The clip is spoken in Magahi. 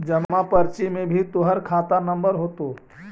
जमा पर्ची में भी तोहर खाता नंबर होतो